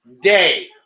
day